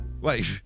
Wait